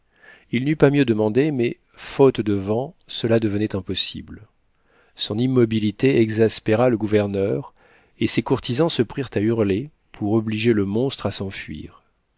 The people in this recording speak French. il n'eut pas mieux demandé mais faute de vent cela devenait impossible son immobilité exaspéra le gouverneur et ses courtisans se prirent à hurler pour obliger le monstre à s'enfuir